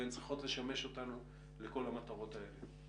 והן צריכות לשמש אותנו בכל המטרות האלה.